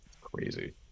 Crazy